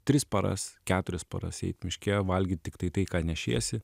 tris paras keturias paras eit miške valgyt tiktai tai ką nešiesi